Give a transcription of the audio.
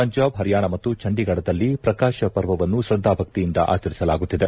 ಪಂಜಾಬ್ ಪಂಯಾಣ ಮತ್ತು ಚಂಢಿಗಡದಲ್ಲಿ ಪ್ರಕಾಶ ಪರ್ವವನ್ನು ತ್ರದ್ದಾಭಕ್ತಿಯಿಂದ ಆಚರಿಸಲಾಗುತ್ತಿದೆ